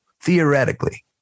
theoretically